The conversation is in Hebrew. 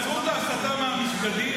תעצרו את ההסתה מהמסגדים,